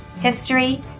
history